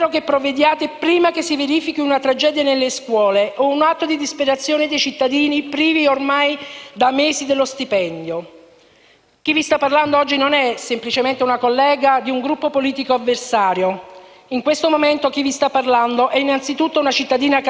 Chi vi sta parlando oggi non è semplicemente una collega di un Gruppo politico avversario: in questo momento chi vi sta parlando è innanzitutto una cittadina casertana che vi riporta il grido di aiuto di una intera Provincia. Vi chiedo di dare ascolto a questo grido.